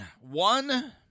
one